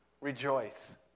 Rejoice